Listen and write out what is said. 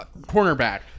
cornerback